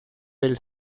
del